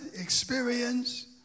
experience